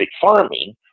farming